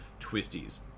Twisties